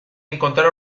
encontrar